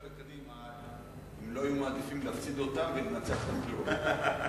בקדימה אם לא היו מעדיפים להפסיד אותה ולנצח בבחירות.